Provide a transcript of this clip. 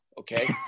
Okay